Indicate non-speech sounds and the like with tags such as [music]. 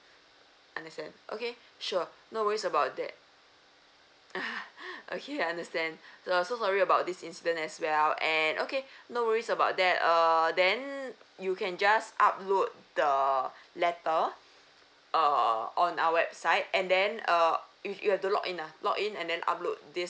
understand okay sure no worries about that [laughs] okay understand so sorry about this incident as well and okay no worries about that err then you can just upload the letter err on our website and then err you have to log in ah log in and then upload this